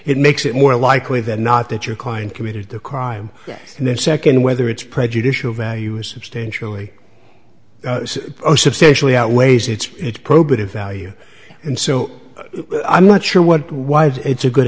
it makes it more likely than not that your client committed the crime and then second whether it's prejudicial value is substantially substantially outweighs its it probative value and so i'm not sure what why it's a good